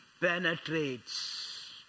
penetrates